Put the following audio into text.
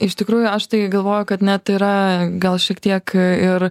iš tikrųjų aš tai galvoju kad net yra gal šiek tiek ir